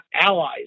allies